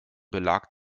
belag